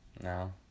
No